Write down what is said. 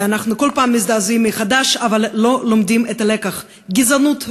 ואנחנו כל פעם מזדעזעים מחדש אבל לא לומדים את הלקח: גזענות,